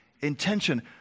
intention